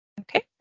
Okay